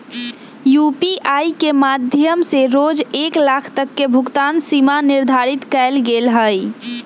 UPI के माध्यम से रोज एक लाख तक के भुगतान सीमा निर्धारित कएल गेल हइ